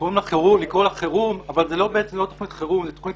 קוראים לה חרום - היא בעצם לא תוכנית חרום אלא זו חרום אלא זו תוכנית